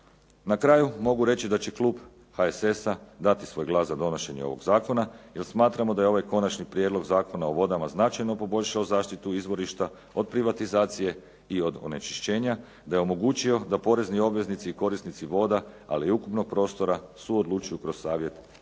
Na kraju mogu reći da će klub HSS-a dati svoj glas za donošenje ovog zakona, jer smatramo da je ovaj Konačni prijedlog Zakona o vodama značajno poboljšao zaštitu izvorišta od privatizacije i od onečišćenja, da je omogućio da porezni obveznici i korisnici voda, ali i ukupnog prostora suodlučuju kroz savjet